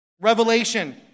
Revelation